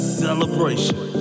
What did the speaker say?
celebration